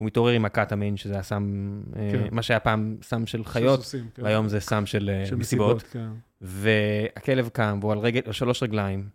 הוא מתעורר עם הקאטאמין, שזה הסם, מה שהיה פעם סם של חיות, והיום זה סם של מסיבות. והכלב קם, והוא על שלוש רגליים.